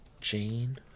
Jane